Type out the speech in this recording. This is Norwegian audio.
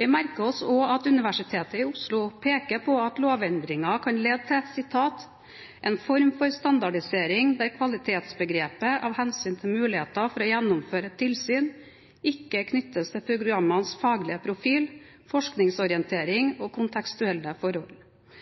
Vi merker oss også at Universitetet i Oslo peker på at lovendringen kan lede til «en form for standardisering, der kvalitetsbegrepet – av hensyn til muligheten for å gjennomføre et tilsyn – ikke knyttes til programmenes faglige profil, forskningsorientering og kontekstuelle forhold.»